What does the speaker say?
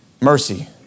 Mercy